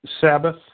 Sabbath